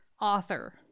Author